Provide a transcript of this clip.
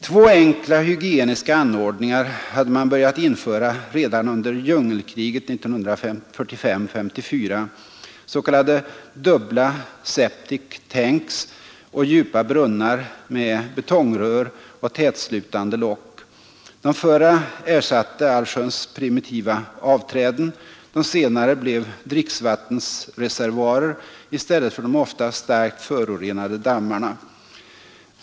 Två enkla hygieniska anordningar hade man börjat införa redan under djungelkriget 1945—1954, ”dubbla septic tanks” och djupa brunnar med betongrör och tätslutande lock. De förra ersatte allsköns primitiva avträden. De senare blev dricksvattensreservoarer i stället för de oftast starkt förorenade dammarna.